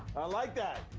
i like that.